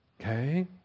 Okay